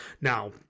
Now